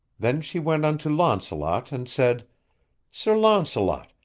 then she went unto launcelot and said sir launcelot,